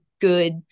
good